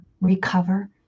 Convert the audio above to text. recover